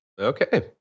Okay